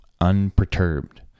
unperturbed